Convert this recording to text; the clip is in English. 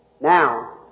now